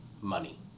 money